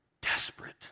desperate